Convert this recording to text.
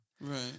Right